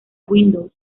windows